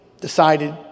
decided